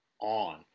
on